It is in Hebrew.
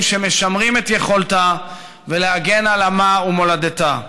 שמשמרים את יכולתה להגן על עמה ומולדתה.